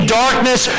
darkness